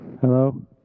Hello